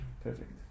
perfect